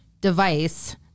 device